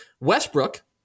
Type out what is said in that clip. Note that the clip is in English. Westbrook